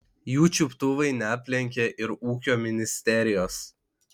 jų čiuptuvai neaplenkė ir ūkio ministerijos